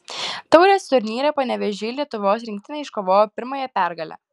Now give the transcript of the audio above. taurės turnyre panevėžyje lietuvos rinktinė iškovojo pirmąją pergalę